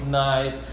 night